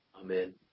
Amen